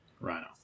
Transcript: Rhino